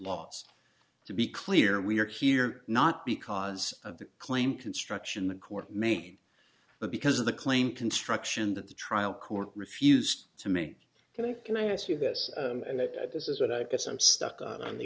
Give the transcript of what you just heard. loss to be clear we are here not because of the claim construction the court made but because of the claim construction that the trial court refused to make and i can i ask you this and that this is what i guess i'm stuck on the